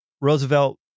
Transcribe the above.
Roosevelt